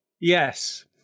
Yes